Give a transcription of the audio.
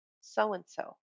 so-and-so